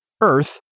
Earth